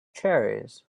cherries